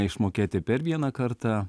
išmokėti per vieną kartą